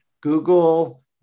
Google